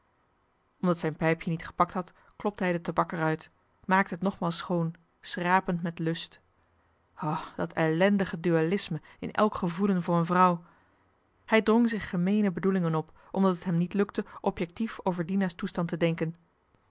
omdat zijn pijpje niet gepakt had klopte hij de tabak er uit maakte het nogmaals schoon schrapend met lust o dat ellendige dualisme in elk gevoelen voor een vrouw hij drong zich gemeene bedoelingen op omdat het hem niet lukte objektief over dina's toestand te denken